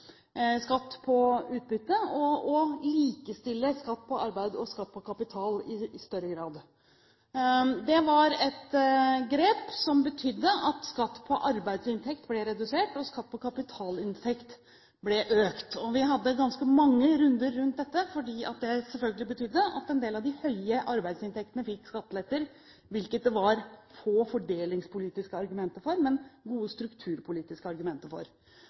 skatt på utbytte og å likestille skatt på arbeid og skatt på kapital i større grad. Det var et grep som betydde at skatt på arbeidsinntekt ble redusert, og skatt på kapitalinntekt ble økt. Vi hadde ganske mange runder rundt dette fordi det selvfølgelig betydde at en del av de høye arbeidsinntektene fikk skatteletter, hvilket det var få fordelingspolitiske argumenter for, men noen strukturpolitiske argumenter for.